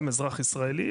גם אזרח ישראלי,